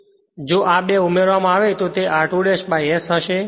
જો આ બે ઉમેરવામાં આવે તો તે r2 ' s હશે